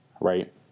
right